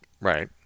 Right